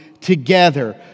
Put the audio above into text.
together